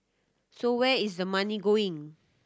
so where is the money going